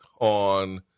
on